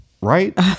Right